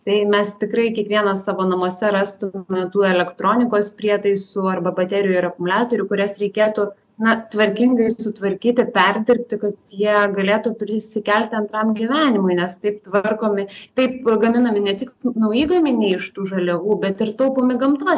tai mes tikrai kiekvienas savo namuose rastume tų elektronikos prietaisų arba baterijų ir akumuliatorių kurias reikėtų na tvarkingai sutvarkyti perdirbti kad jie galėtų prisikelti antram gyvenimui nes taip tvarkomi taip gaminami ne tik nauji gaminiai iš tų žaliavų bet ir taupomi gamtos